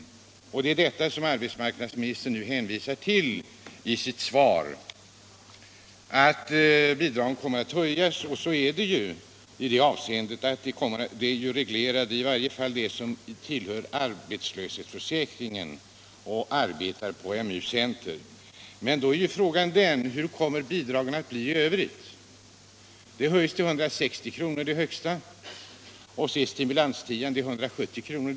Det är till denna höjning av bidragen som arbetsmarknadsministern hänvisar i sitt svar. Det är riktigt i det avseendet att bidragen kommer att bli reglerade, i varje fall för dem som tillhör arbetslöshetsförsäkringen och som arbetar inom AMU-center. Då är frågan: Hur kommer bidragen att bli i övrigt? Det högsta bidraget höjs till 160 kr. Lägger man till stimulans-tian blir det 170 kr.